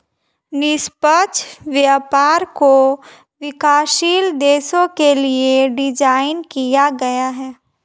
निष्पक्ष व्यापार को विकासशील देशों के लिये डिजाइन किया गया है